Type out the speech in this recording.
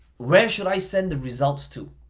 where should i send the results to?